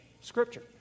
scripture